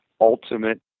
ultimate